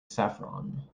saffron